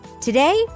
Today